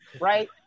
right